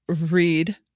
Read